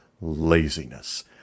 laziness